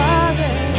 Father